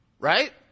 Right